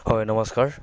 হয় নমস্কাৰ